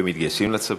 והם מתגייסים לצבא.